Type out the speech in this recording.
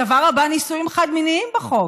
הדבר הבא נישואים חד-מיניים בחוק,